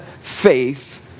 faith